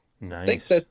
nice